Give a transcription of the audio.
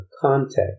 context